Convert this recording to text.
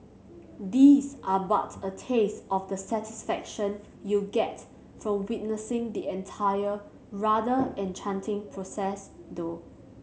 these are but a taste of the satisfaction you'll get from witnessing the entire rather enchanting process though